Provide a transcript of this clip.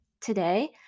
today